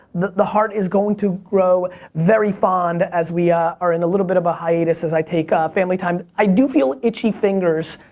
the the heart is going to grow very fond as we are in a little bit of a hiatus as i take ah family time. i do feel itchy fingers.